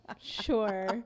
sure